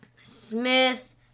Smith